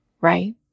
right